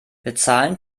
bezahlen